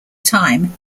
time